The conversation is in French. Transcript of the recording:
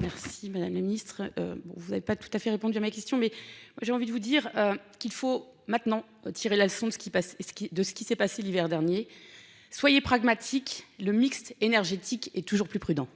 Merci Madame le Ministre bon vous n'avez pas tout à fait répondu à ma question mais moi j'ai envie de vous dire qu'il faut maintenant tirer la leçon de ceux qui passe et ce qui, de ce qui s'est passé l'hiver dernier. Soyez pragmatique le mixte énergétique est toujours plus prudent.